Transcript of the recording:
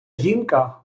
жінка